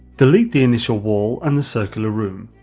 delete the initial wall and the circular room.